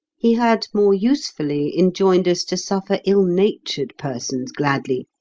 he had more usefully enjoined us to suffer ill-natured persons gladly.